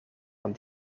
van